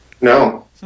No